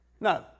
No